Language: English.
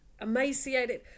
emaciated